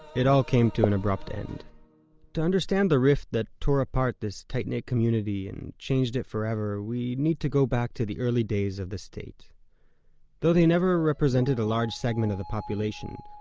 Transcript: it all came to an abrupt end to understand the rift that tore apart this tight-knit community, and changed it forever, we need to go back to the early days of the state though they never represented a large segment of the population,